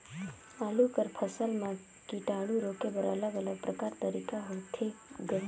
आलू कर फसल म कीटाणु रोके बर अलग अलग प्रकार तरीका होथे ग?